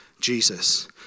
Jesus